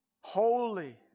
holy